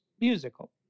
musical